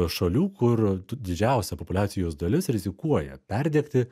šalių kur didžiausia populiacijos dalis rizikuoja perdegti